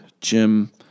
Jim